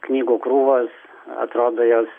knygų krūvos atrodo jos